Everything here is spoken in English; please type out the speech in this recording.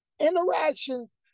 interactions